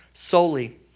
solely